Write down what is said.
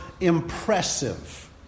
impressive